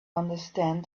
understand